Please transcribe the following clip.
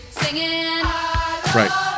Right